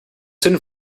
hidden